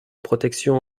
protection